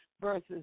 versus